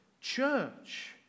church